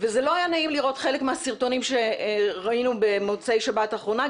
וזה לא היה נעים לראות חלק מהסרטונים שראינו במוצאי שבת האחרונה,